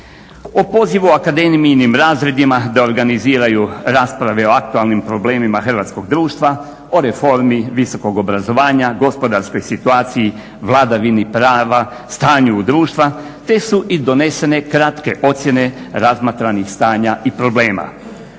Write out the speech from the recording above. O pozivu akademijinim razredima da organiziraju rasprave o aktualnim problemima hrvatskog društva o reformi visokog obrazovanja, gospodarskoj situaciji, vladavini prava, stanju u društvu te su donesene … ocjene razmatranih stanja i problema.